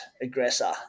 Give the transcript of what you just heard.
aggressor